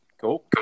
Cool